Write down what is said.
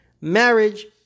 marriage